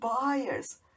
buyers